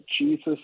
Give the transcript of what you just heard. Jesus